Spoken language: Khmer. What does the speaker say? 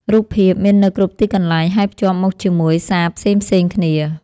រូបភាពមាននៅគ្រប់ទីកន្លែង ហើយភ្ជាប់មកជាមួយសារផ្សេងៗគ្នា។